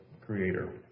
Creator